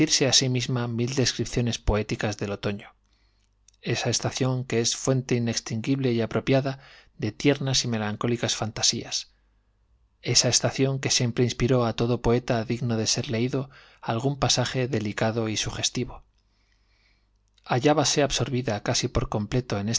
a sí misma mil descripciones poéticas del otoño esa estación que es fuente inextinguible y apropiada de tiernas y melancólicas fantasías esa estación que siempre inspiró a todo poeta digno de ser leído algún pasaje delicado y sugestivo hallábase absorbida casi por completo